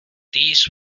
these